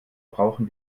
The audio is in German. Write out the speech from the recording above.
brauchen